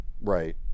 Right